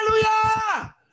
Hallelujah